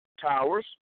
towers